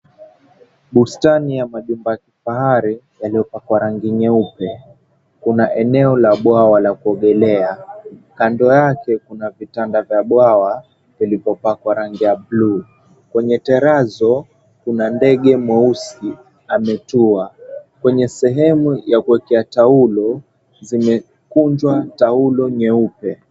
Bustani ya majumba ya kifahari yaliopakwa rangi nyeupe, kuna eneo la bwawa la kuongelea kando yake kuna vitanda vya bwawa vilivyopakwa rangi ya bluu. Kwenye terazo kuna ndege mweusi ametua, kwenye sehemu ya kuekea taulo zimekunjwa taulo nyeupe.